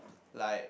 like